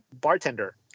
Bartender